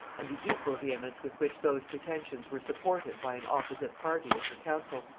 and the equal vehemence with which those pretensions were supported by an opposite party in her council,